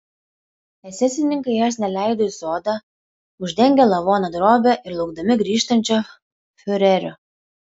esesininkai jos neleido į sodą uždengę lavoną drobe ir laukdami grįžtančio fiurerio